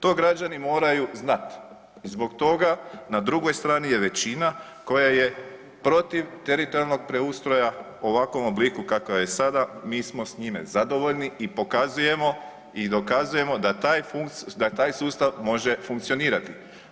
To građani moju znati, zbog toga, na drugoj strani je većina koje je protiv teritorijalnog preustroja, u ovakvom je obliku, kakav je sada, mi smo s njime zadovoljni i pokazujemo i dokazuje da taj sustav može funkcionirati.